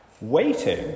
Waiting